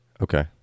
Okay